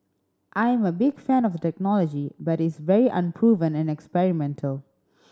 I am a big fan of the technology but it is very unproven and experimental